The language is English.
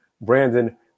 Brandon